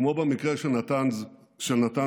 כמו במקרה של נתן זאבי,